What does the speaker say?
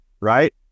right